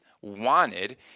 wanted